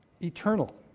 Eternal